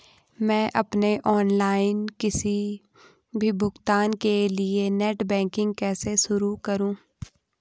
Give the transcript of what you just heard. मैं अपने ऑनलाइन किसी भी भुगतान के लिए नेट बैंकिंग कैसे शुरु करूँ?